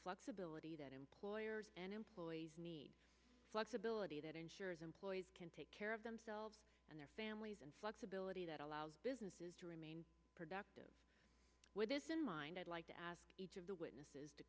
flexibility that employers and employees need flexibility that ensures employees can take care of themselves and their families and flexibility that allows businesses to remain productive with this in mind i'd like to ask each of the witnesses to